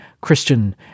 Christian